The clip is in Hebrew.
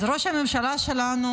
אז ראש הממשלה שלנו